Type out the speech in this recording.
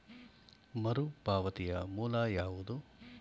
ಮರುಪಾವತಿಯ ಮೂಲ ಯಾವುದು?